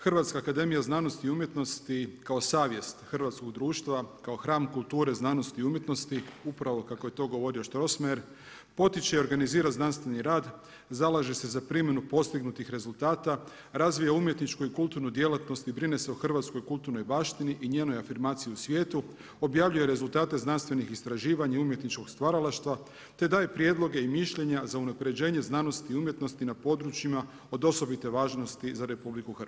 HAZU kao savjest hrvatskog društva, kao hram kulture znanosti i umjetnosti upravo kako je to govorio Strossmayer potiče i organizira znanstveni rad, zalaže se za primjenu postignutih rezultata, razvija umjetničku i kulturnu djelatnost i brine se o hrvatskoj kulturnoj baštini i njenoj afirmaciji u svijetu, objavljuje rezultate znanstvenih istraživanja i umjetničkog stvaralaštva te daje prijedloge i mišljenja za unapređenje znanosti i umjetnosti na područjima od osobite važnosti za RH.